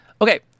Okay